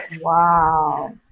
Wow